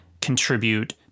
contribute